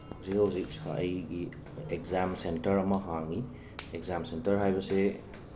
ꯍꯧꯖꯤꯛ ꯍꯧꯖꯤꯛ ꯏꯁꯥ ꯑꯩꯒꯤ ꯑꯣꯛꯖꯥꯝ ꯁꯦꯟꯇꯔ ꯑꯃ ꯍꯥꯡꯉꯤ ꯑꯦꯛꯖꯥꯝ ꯁꯦꯟꯇꯔ ꯍꯥꯢꯕꯁꯦ